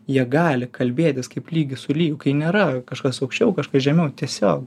jie gali kalbėtis kaip lygis su lygiu kai nėra kažkas aukščiau kažkas žemiau tiesiog